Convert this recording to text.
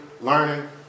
learning